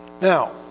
Now